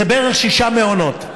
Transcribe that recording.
וזה בערך שישה מעונות.